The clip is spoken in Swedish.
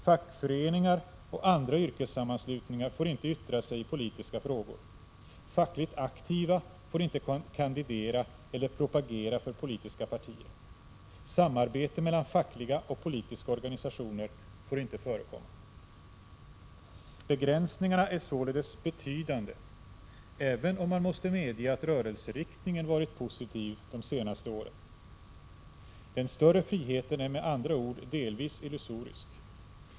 Fackföreningar och andra yrkessammanslutningar får ej yttra sig i politiska frågor. Fackligt aktiva får ej kandidera eller propagera för politiska partier. Samarbete mellan fackliga och politiska organisationer får ej förekomma. Begränsningarna är således betydande, även om man måste medge att rörelseriktningen varit positiv de senaste åren. Den större friheten är med andra ord delvis illusorisk.